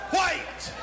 White